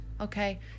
Okay